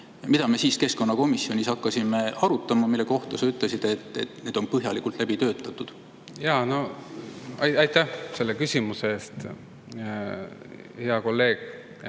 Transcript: mida me keskkonnakomisjonis hakkasime arutama ja mille kohta sa ütlesid, et need on põhjalikult läbi töötatud. Aitäh selle küsimuse eest, hea kolleeg!